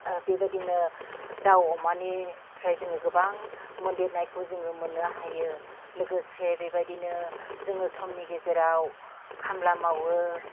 बेबायदिनो दाउ अमानिफ्राय जोङो गोबां मोनदेरनायखौ जोङो मोननो हायो लोगोसे बेबायदिनो जोङो समनि गेजेराव खामला मावो